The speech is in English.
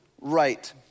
right